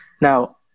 Now